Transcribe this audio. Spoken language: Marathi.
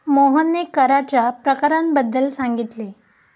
मोहनने कराच्या प्रकारांबद्दल सांगितले